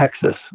texas